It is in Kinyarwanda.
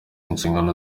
inshingano